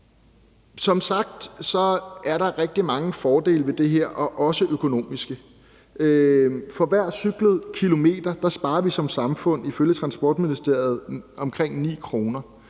Som sagt er der rigtig mange fordele ved det her, også økonomisk. For hver cyklet kilometer sparer vi som samfund ifølge Transportministeriet omkring 9 kr.